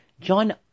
John